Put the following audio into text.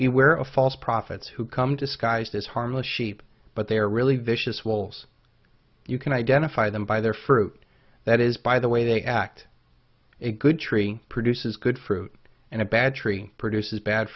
of false prophets who come disguised as harmless sheep but they are really vicious walls you can identify them by their fruit that is by the way they act a good tree produces good fruit and a bad tree produces bad